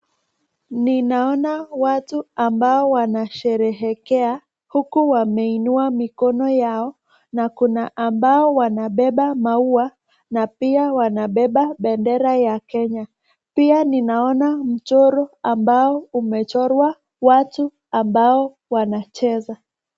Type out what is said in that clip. Ninaona watu ambao wanasherehekea huku wameinua mikono yao na kuna ambao wanabeba maua na pia wanabeba bendera ya Kenya. Pia ninaona mchoro ambao umechorwa watu ambao wanacheza.